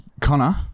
Connor